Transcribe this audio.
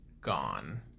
gone